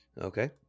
Okay